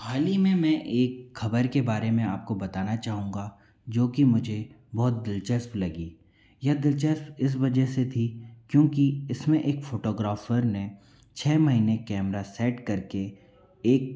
हाल ही में मैं एक खबर के बारे में आपको बताना चाहूँगा जो कि मुझे बहुत दिलचस्प लगी यह दिलचस्प इस वजह से थी क्योंकि इसमें एक फोटोग्राॅफर ने छः महीने कैमरा सेट करके एक